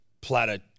platter